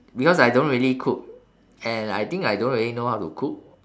because I don't really cook and I think I don't really know how to cook